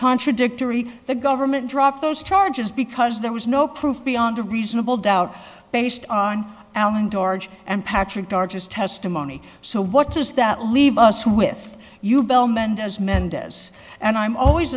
contradictory the government dropped those charges because there was no proof beyond a reasonable doubt based on alan george and patrick carter's testimony so what does that leave us with you bill mendez mendez and i'm always